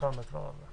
פשרן בדבר הזה.